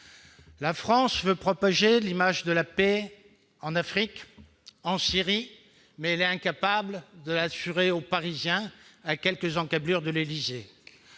La France veut propager l'image de la paix en Afrique, en Syrie, mais elle est incapable de l'assurer aux Parisiens, à quelques encablures de l'Élysée